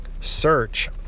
search